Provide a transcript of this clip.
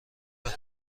وقت